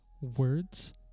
words